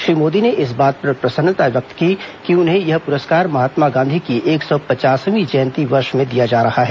श्री मोदी ने इस बात पर प्रसन्नता व्यक्त की कि उन्हें यह पुरस्कार महात्मा गांधी की एक सौ पचासवीं जयंती वर्ष में दिया जा रहा है